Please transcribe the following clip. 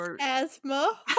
Asthma